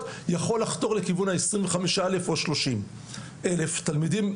יכול לחתור לכיוון ה-25,000 או 30,000 תלמידים.